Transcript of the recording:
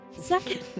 Second